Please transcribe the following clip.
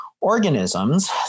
organisms